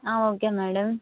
ఆ okay madam